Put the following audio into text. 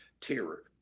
terror